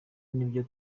nibyo